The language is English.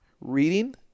reading